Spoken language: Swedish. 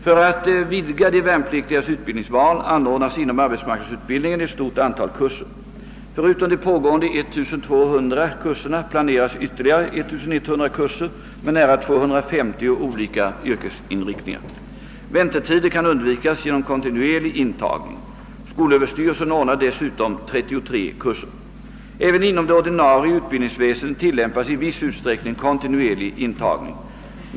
För att vidga de värnpliktigas utbildningsval anordnas inom <arbetsmarknadsutbildningen ett stort antal kurser. Förutom de pågående 1200 kurserna planeras ytterligare 1 100 kurser med nära 250 olika yrkesinriktningar. Väntetider kan undvikas genom kontinuerlig intagning. Skolöverstyrelsen ordnar dessutom 33 kurser. Även inom det ordinarie utbildningsväsendet tillämpas i viss utsträckning kontinuerlig intagning.